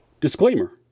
Disclaimer